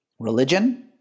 Religion